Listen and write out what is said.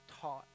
taught